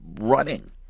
running